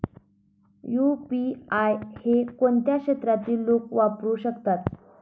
UPI हे कोणत्या क्षेत्रातील लोक वापरू शकतात?